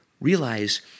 realize